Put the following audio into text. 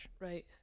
Right